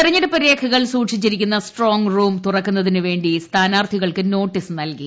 തെരഞ്ഞെടുപ്പ് രേഖകൾ സൂക്ഷിച്ചിരിക്കുന്ന് സ്ട്രോങ് റൂം തുറക്കുന്നതിന് വേണ്ടി സ്ഥാനാർഥികൾക്ക് നോട്ടീസ് നൽകി